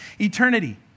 eternity